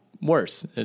worse